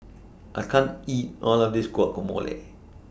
I can't eat All of This Guacamole